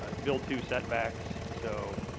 ah build to setbacks. so